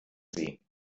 sie